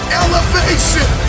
elevation